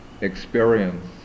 experience